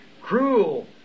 cruel